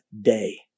day